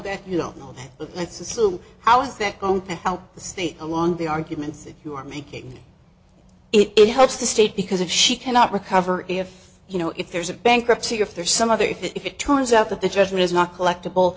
that you don't know that but let's assume how's that going to help the state along the arguments that you are making it helps the state because if she cannot recover if you know if there's a bankruptcy if there's some other if it turns out that the judgment is not collectible